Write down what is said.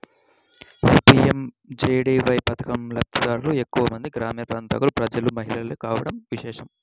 ఈ పీ.ఎం.జే.డీ.వై పథకం లబ్ది దారులలో ఎక్కువ మంది గ్రామీణ ప్రాంతాల ప్రజలు, మహిళలే కావడం విశేషం